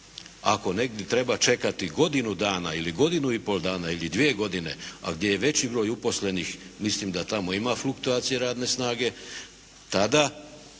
Ako negdje treba čekati godinu dana ili godinu i pol dana ili dvije godine, a gdje je veći broj uposlenih mislim da tamo ima fluktuacije radne snage, tada